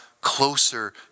closer